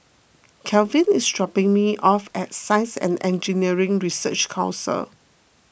Kelvin is dropping me off at Science and Engineering Research Council